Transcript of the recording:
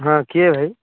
ହଁ କିଏ ଭାଇ